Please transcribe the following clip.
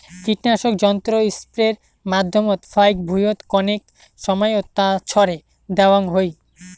কীটনাশক যন্ত্র স্প্রের মাধ্যমত ফাইক ভুঁইয়ত কণেক সমাইয়ত তা ছড়ে দ্যাওয়াং হই